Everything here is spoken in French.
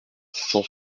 cent